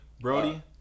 Brody